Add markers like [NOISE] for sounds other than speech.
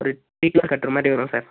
ஒரு [UNINTELLIGIBLE] கட்டுற மாதிரி வரும் சார்